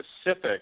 specific